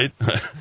right